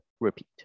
repeat